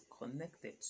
connected